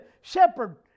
shepherd